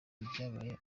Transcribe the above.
ibyabaye